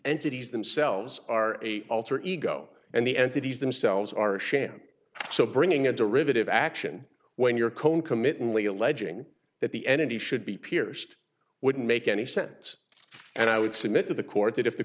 entities themselves are a alter ego and the entities themselves are a sham so bringing a derivative action when you're cone committing lee alleging that the entity should be pierced wouldn't make any sense and i would submit to the court that if the